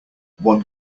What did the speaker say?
one